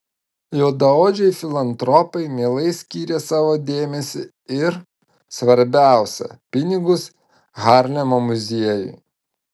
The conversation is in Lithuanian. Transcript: juodaodžiai filantropai mielai skyrė savo dėmesį ir svarbiausia pinigus harlemo muziejui